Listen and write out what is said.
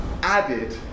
added